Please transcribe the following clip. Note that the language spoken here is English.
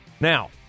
Now